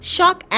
Shock